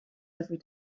every